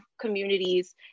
communities